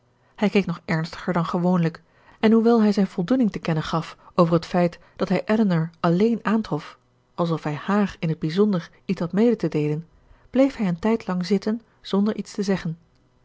hij keek nog ernstiger dan gewoonlijk en hoewel hij zijn voldoening te kennen gaf over het feit dat hij elinor alleen aantrof alsof hij haar in het bijzonder iets had mede te deelen bleef hij een tijdlang zitten zonder iets te zeggen